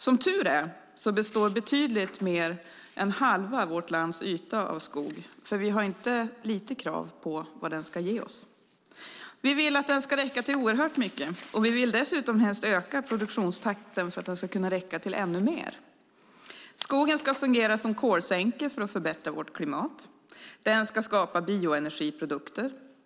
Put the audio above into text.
Som tur är består betydligt mer än halva vårt lands yta av skog, för vi har inte lite krav på vad den ska ge oss. Vi vill att den ska räcka till oerhört mycket. Vi vill dessutom helst öka produktionstakten för att den ska kunna räcka till ännu mer. Skogen ska fungera som kolsänka för att förbättra vårt klimat. Den ska skapa bioenergiprodukter.